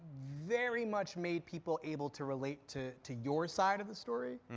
very much made people able to relate to to your side of the story,